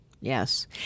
Yes